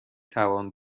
توان